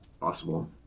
Possible